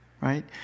Right